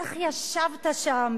איך ישבת שם,